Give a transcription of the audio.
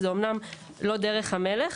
אמנם זוהי לא דרך המלך,